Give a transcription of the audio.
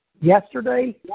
yesterday